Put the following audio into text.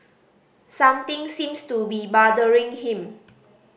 something seems to be bothering him